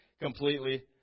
completely